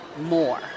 more